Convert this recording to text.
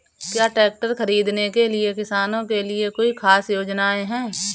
क्या ट्रैक्टर खरीदने के लिए किसानों के लिए कोई ख़ास योजनाएं हैं?